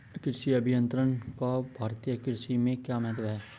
कृषि अभियंत्रण का भारतीय कृषि में क्या महत्व है?